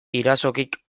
irazokik